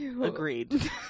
Agreed